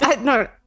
No